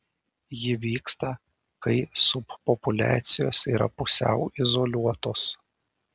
ji vyksta kai subpopuliacijos yra pusiau izoliuotos